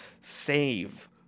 Save